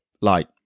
light